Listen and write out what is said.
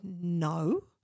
no